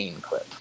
clip